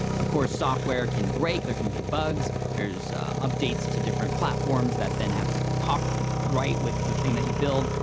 of course, software can break, there can be bugs, there's updates to different platforms, that then have to talk right with the thing that you build,